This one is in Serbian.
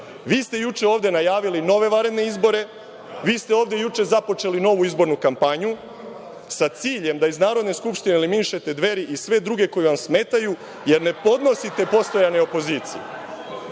ste juče ovde najavili nove vanredne izbore. Vi ste ovde juče započeli novu izbornu kampanju, sa ciljem da iz Narodne skupštine eliminišete Dveri i sve druge koji vam smetaju, jer ne podnosite postojane opozicije,